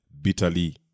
bitterly